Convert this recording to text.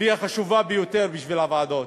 והיא החשובה ביותר בשביל הוועדות,